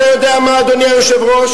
אתה יודע מה, אדוני היושב-ראש?